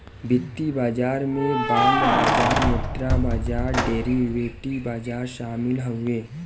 वित्तीय बाजार में बांड बाजार मुद्रा बाजार डेरीवेटिव बाजार शामिल हउवे